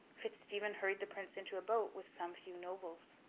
fitz-stephen hurried the prince into a boat, with some few nobles.